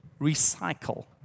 recycle